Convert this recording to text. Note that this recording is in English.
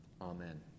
Amen